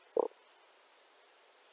oh